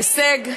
ההישג.